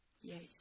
Yes